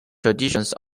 traditions